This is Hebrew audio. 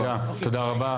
תודה, תודה רבה.